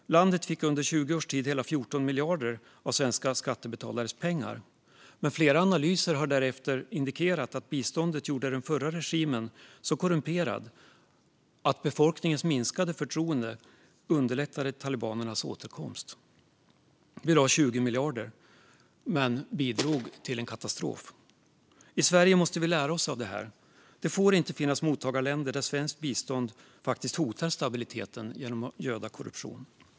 Landet fick under 20 års tid hela 14 miljarder av svenska skattebetalares pengar. Flera analyser har därefter indikerat att biståndet gjorde den förra regimen så korrumperad att befolkningens minskade förtroende för den underlättade talibanernas återkomst. Vi lade 20 miljarder men bidrog till en katastrof. I Sverige måste vi lära oss av det här. Det får inte finnas mottagarländer där svenskt bistånd faktiskt hotar stabiliteten genom att göda korruption.